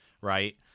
Right